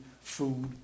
food